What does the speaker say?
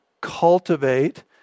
cultivate